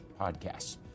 podcasts